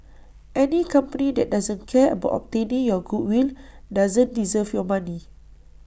any company that doesn't care about obtaining your goodwill doesn't deserve your money